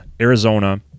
Arizona